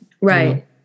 right